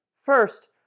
First